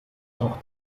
auch